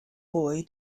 boy